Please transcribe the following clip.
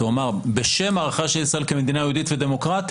הוא אמר: בשם ההערכה של ישראל כמדינה יהודית ודמוקרטית,